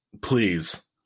Please